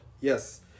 Yes